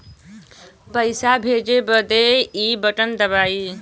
पइसा भेजे बदे ई बटन दबाई